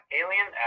alien